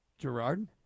Gerard